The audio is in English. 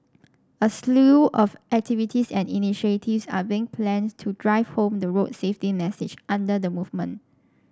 a slew of activities and initiatives are being planned to drive home the road safety message under the movement